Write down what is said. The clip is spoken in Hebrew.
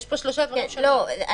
כתוב מקום כאמור ב-7(ב)(2) ולא 7(ב)(10),